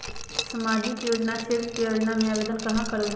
सामाजिक क्षेत्र के योजना में आवेदन कहाँ करवे?